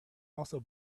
also